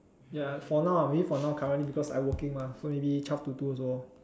ya for now ah maybe for now currently because I working mah so maybe twelve to two also lor